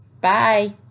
Bye